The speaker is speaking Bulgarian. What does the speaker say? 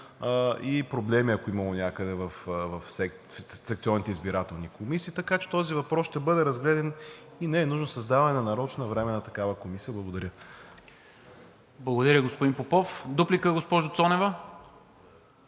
и проблеми, ако е имало някъде в секционните избирателни комисии. Така че този въпрос ще бъде разгледан и не е нужно създаване на нарочна временна такава комисия. Благодаря. ПРЕДСЕДАТЕЛ НИКОЛА МИНЧЕВ: Благодаря Ви, господин Попов. Дуплика, госпожо Цонева?